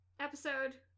episode